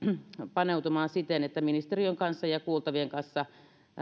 paneutumaan siten että ministeriön kanssa ja kuultavien kanssa